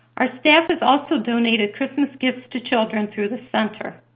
our staff has also donated christmas gifts to children through the center.